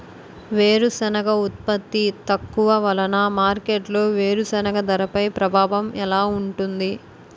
వేరుసెనగ ఉత్పత్తి తక్కువ వలన మార్కెట్లో వేరుసెనగ ధరపై ప్రభావం ఎలా ఉంటుంది?